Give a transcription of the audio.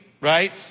right